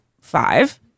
five